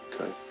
Okay